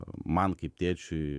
man kaip tėčiui